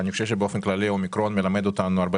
באופן כללי האומיקרון מלמד אותנו הרבה